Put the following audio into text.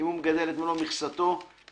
אם הוא מגדל את מלוא מכסתו בלול